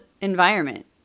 environment